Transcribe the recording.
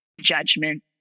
judgment